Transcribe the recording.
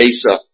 Asa